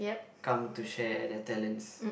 come to share their talents